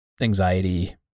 anxiety